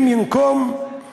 (בערבית: נקום ננקום